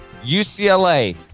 UCLA